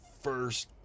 first